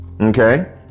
Okay